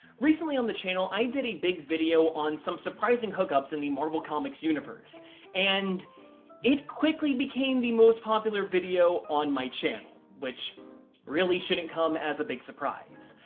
recently on the channel, i did a big video on some surprising hookups in the marvel comics universe and it quickly became the most popular video on my channel which really shouldn't come as a big surprise,